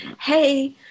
Hey